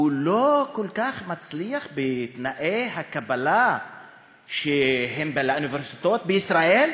הוא לא כל כך מצליח בתנאי הקבלה לאוניברסיטאות בישראל?